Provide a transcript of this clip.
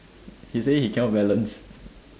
he say he cannot balance